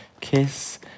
kiss